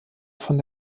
von